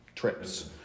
trips